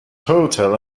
hotel